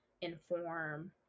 inform